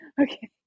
Okay